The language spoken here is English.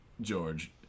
George